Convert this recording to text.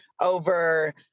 over